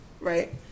right